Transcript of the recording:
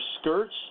skirts